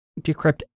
decrypt